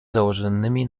założonymi